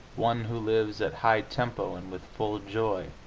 one who lives at high tempo and with full joy,